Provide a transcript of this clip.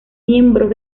miembros